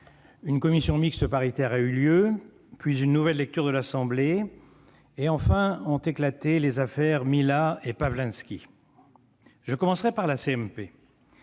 Une commission mixte paritaire a eu lieu, puis une nouvelle lecture à l'Assemblée nationale ; enfin, ont éclaté les affaires Mila et Pavlenski. Je commencerai par la